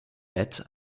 bett